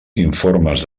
informes